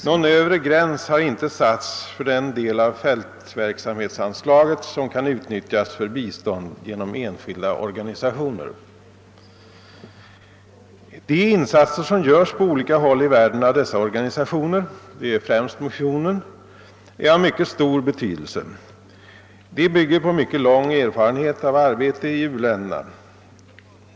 Någon övre gräns har inte satts för den del av fältverksamhetsanslaget som kan utnyttjas för bistånd genom enskilda organisationer.» De insatser som görs på olika håll i världen av dessa organisationer — främst missionen — är av mycket stor betydelse. De bygger på mycket lång erfarenhet av arbete i u-länderna.